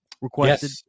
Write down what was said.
requested